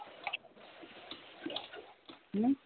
hello